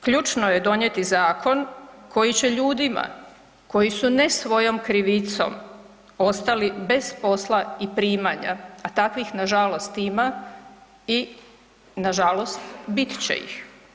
Ključno je donijeti zakon koji će ljudima koji su ne svojom krivicom ostali bez posla i primanja a takvih nažalost ima i nažalost bit će ih.